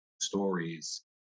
stories